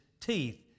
teeth